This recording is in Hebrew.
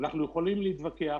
אנחנו יכולים להתווכח,